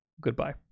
Goodbye